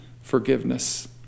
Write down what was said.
forgiveness